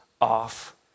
off